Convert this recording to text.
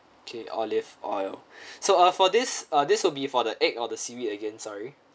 okay olive oil so uh for this uh this will be for the egg or the seaweed again sorry